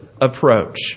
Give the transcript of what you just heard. approach